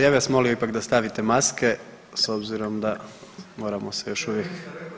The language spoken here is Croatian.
Ja bih vas molio ipak da stavite maske s obzirom da moramo se još uvijek.